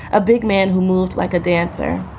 a big man who moved like a dancer.